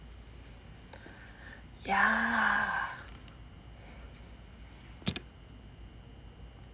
ya